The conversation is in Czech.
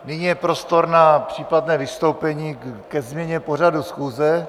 Nyní je prostor na případné vystoupení ke změně pořadu schůze.